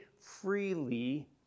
freely